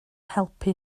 helpu